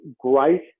great